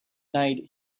night